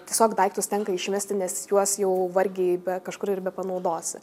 tiesiog daiktus tenka išmesti nes juos jau vargiai be kažkur ir bepanaudosi